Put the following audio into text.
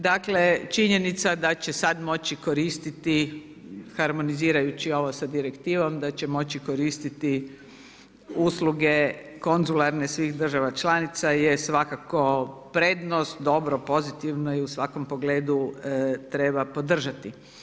Dakle, činjenica da će sad moći koristiti harmonizirajući ovo sa direktivom, da će moći koristiti usluge konzularne svih država članica je svakako prednost, dobro, pozitivno i u svakom pogledu treba podržati.